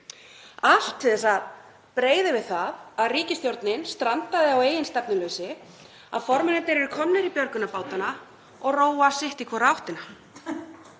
allt til þess að breiða yfir það að ríkisstjórnin strandaði á eigin stefnuleysi, að formennirnir eru komnir í björgunarbátana og róa sitt í hvora áttina,